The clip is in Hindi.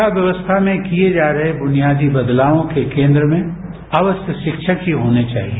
शिक्षा व्यवस्था में किए जा रहे बुनियादी बलदावों के केंद्र में अवश्य शिक्षक ही होने चाहिए